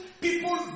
people